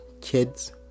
kids